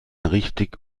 richtig